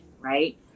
right